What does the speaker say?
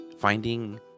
finding